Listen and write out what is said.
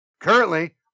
Currently